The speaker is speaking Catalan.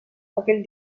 aquell